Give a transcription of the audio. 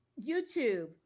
YouTube